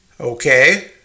Okay